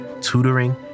tutoring